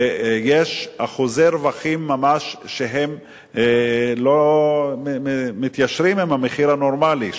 ויש אחוזי רווחים שממש לא מתיישרים עם המחיר הנורמלי.